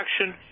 action